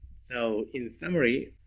so in summary,